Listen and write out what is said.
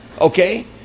Okay